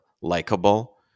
likable